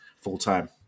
full-time